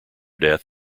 death